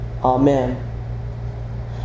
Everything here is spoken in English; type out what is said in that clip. Amen